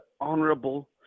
honorable